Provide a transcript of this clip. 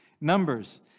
numbers